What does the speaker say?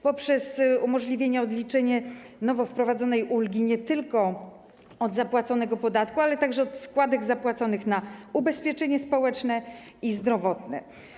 Chodzi o umożliwienie odliczenia nowo wprowadzonej ulgi nie tylko od zapłaconego podatku, lecz także od składek zapłaconych na ubezpieczenie społeczne i zdrowotne.